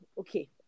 okay